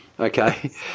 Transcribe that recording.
Okay